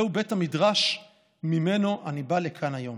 זהו בית המדרש שממנו אני בא לכאן היום.